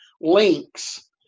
links